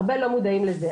הרבה לא מודעים לזה,